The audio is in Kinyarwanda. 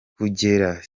kugira